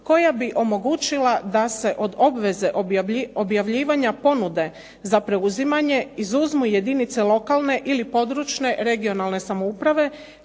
koja bi omogućila da se od obveze objavljivanja ponude za preuzimanje izuzmu jedinice lokalne ili područne (regionalne) samouprave,